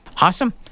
Awesome